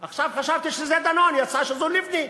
עכשיו, חשבתי שזה דנון, יצא שזו לבני.